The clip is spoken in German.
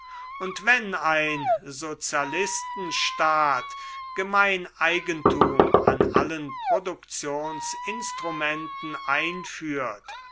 und wenn ein sozialistenstaat gemeineigentum an allen produktionsinstrumenten einführt